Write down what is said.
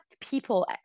people